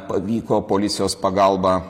pavyko policijos pagalba